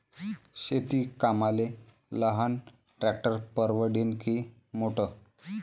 शेती कामाले लहान ट्रॅक्टर परवडीनं की मोठं?